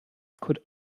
could